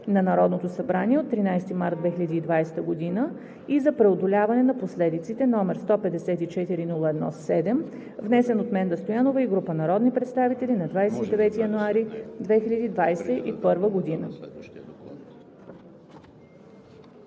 на Народното събрание от 13 март 2020 г., и за преодоляване на последиците, № 154-01-7, внесен от Менда Стоянова и група народни представители на 29 януари 2021 г.“